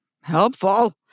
helpful